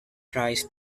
tries